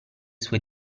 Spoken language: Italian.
sue